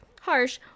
harsh